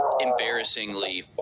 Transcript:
embarrassingly